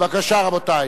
בבקשה, רבותי.